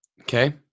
Okay